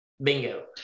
Bingo